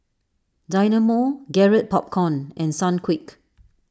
Dynamo Garrett Popcorn and Sunquick